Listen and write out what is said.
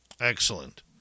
Excellent